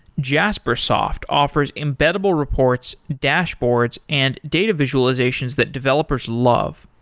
jaspersoft offers embeddable reports, dashboards and data visualizations that developers love.